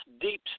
deep